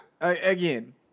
again